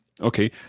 Okay